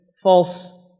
false